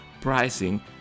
pricing